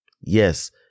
Yes